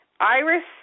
Iris